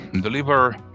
deliver